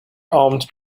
armed